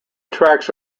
tracks